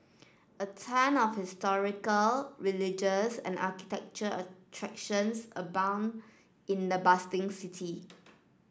a ton of historical religious and architectural attractions abound in the bustling city